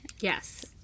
Yes